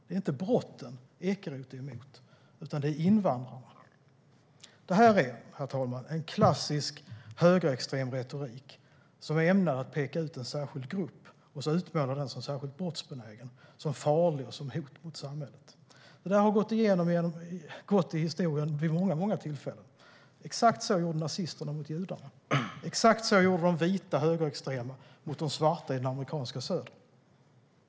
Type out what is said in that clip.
Det är inte brotten som Ekeroth är emot, utan det är invandrarna. Herr talman! Detta är en klassisk högerextrem retorik som är ämnad att peka ut en särskild grupp och utmåla den som särskilt brottsbenägen, som farlig och som ett hot mot samhället. Detta har förekommit historiskt vid många tillfällen. Exakt så gjorde nazisterna mot judarna. Exakt så gjorde de vita högerextrema mot de svarta i den amerikanska södern.